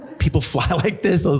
people fly like this? i was